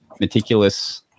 meticulous